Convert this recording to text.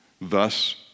Thus